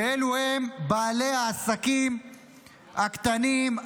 ואלו הם בעלי העסקים הקטנים,